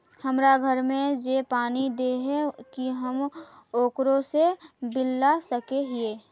हमरा घर में जे पानी दे है की हम ओकरो से बिल ला सके हिये?